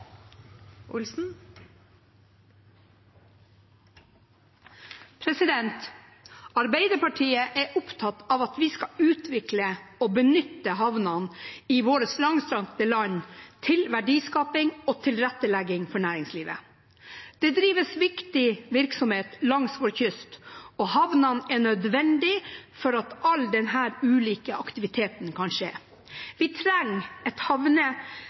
opptatt av at vi skal utvikle og benytte havnene i vårt langstrakte land til verdiskaping og tilrettelegging for næringslivet. Det drives viktig virksomhet langs vår kyst, og havnene er nødvendig for at all denne ulike aktiviteten kan skje. Vi trenger